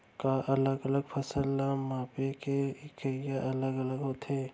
का अलग अलग फसल ला मापे के इकाइयां अलग अलग होथे?